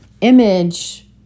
Image